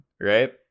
right